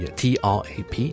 trap